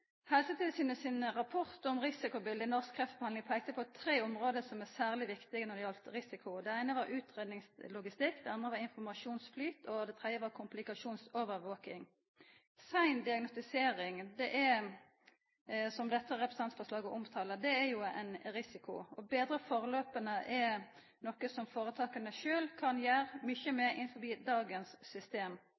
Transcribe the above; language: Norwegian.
Helsetilsynet sin rapport om risikobiletet i norsk kreftbehandling peikte på tre område som er særleg viktige når det gjeld risiko: Det eine var utgreiingslogistikk, det andre var informasjonsflyt, og det tredje var komplikasjonsovervaking. Sein diagnostisering, som dette representantforslaget omtalar, er ein risiko. Å betra prosessane er noko som føretaka sjølve kan gjera mykje med innanfor dagens system.